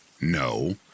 No